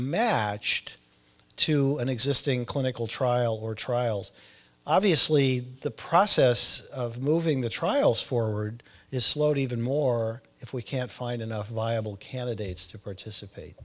matched to an existing clinical trial or trials obviously the process of moving the trials forward is slowed even more if we can't find enough viable candidates to participate